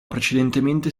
precedentemente